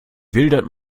wildert